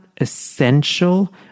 essential